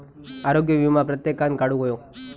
आरोग्य वीमो प्रत्येकान काढुक हवो